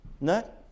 no